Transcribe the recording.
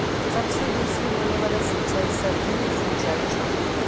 सबसे बेसि होने वाला सिंचाई सतही सिंचाई छ